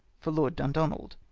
for lord dundonald.